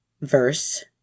verse